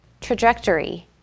Trajectory